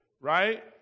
right